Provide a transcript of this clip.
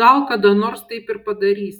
gal kada nors taip ir padarys